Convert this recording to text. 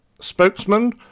Spokesman